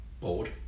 bored